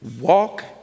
walk